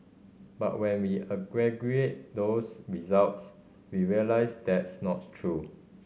but when we aggregate those results we realise that's not true